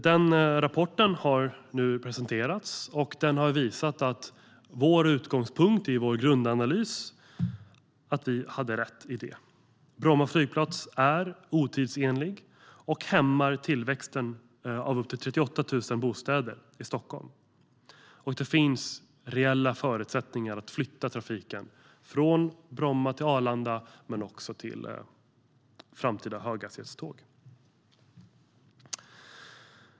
Den rapporten har nu presenterats, och den har visat att vår utgångspunkt för vår grundanalys var riktig: Bromma flygplats är otidsenlig och hämmar tillväxten i Stockholm med upp till 38 000 bostäder. Det finns reella förutsättningar att flytta trafiken från Bromma till Arlanda men också till framtida höghastighetståg.